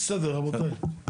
יש סדר, רבותיי.